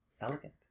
elegant